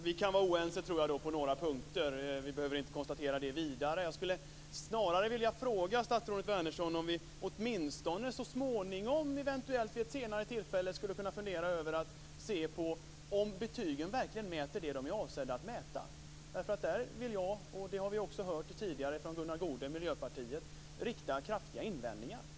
Fru talman! Vi kan vara oense på några punkter. Vi behöver inte konstatera det vidare. Jag skulle snarare vilja fråga statsrådet Wärnersson om vi åtminstone så småningom vid ett senare tillfälle skulle kunna fundera över att se på om betygen verkligen mäter det de är avsedda att mäta. Där vill jag - det har vi hört tidigare från Gunnar Goude i Miljöpartiet - rikta kraftiga invändningar.